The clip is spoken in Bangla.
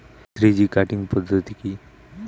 থ্রি জি কাটিং পদ্ধতি কি?